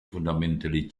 fundamentally